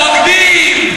בבקשה, חבר הכנסת חאג' יחיא.